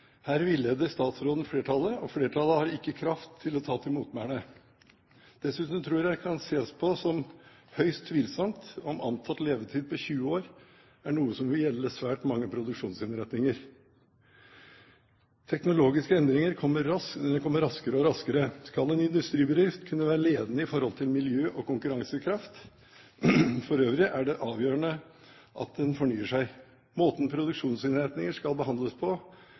Her villeder statsråden flertallet, og flertallet har ikke kraft til å ta til motmæle. Dessuten tror jeg det kan ses på som høyst tvilsomt om antatt levetid på 20 år er noe som vil gjelde svært mange produksjonsinnretninger. Teknologiske endringer kommer raskere og raskere. Skal en industribedrift kunne være ledende i forhold til miljø og konkurransekraft for øvrig, er det avgjørende at den fornyer seg. Måten produksjonsinnretninger skal behandles på,